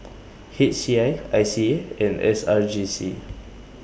H C I I C A and S R J C